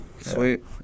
sweet